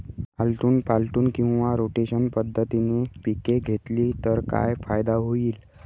आलटून पालटून किंवा रोटेशन पद्धतीने पिके घेतली तर काय फायदा होईल?